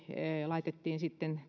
laitettiin sitten